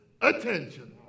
Attention